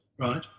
right